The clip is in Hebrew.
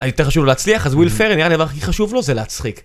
יותר חשוב לו להצליח אז וויל פרן נראה לי הדבר הכי חשוב לו זה להצחיק